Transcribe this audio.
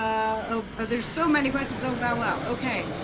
oh oh there's so many questions, oh wow, okay.